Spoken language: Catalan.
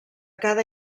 cada